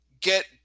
get